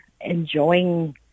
enjoying